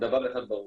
דבר אחד ברור,